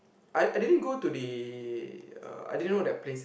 I I didn't go to the uh I didn't know that place